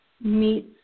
meets